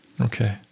Okay